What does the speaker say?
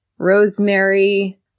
rosemary